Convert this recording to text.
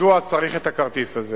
מדוע צריך את הכרטיס הזה?